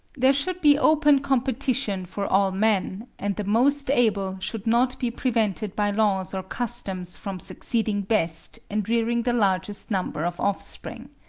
there should be open competition for all men and the most able should not be prevented by laws or customs from succeeding best and rearing the largest number of offspring.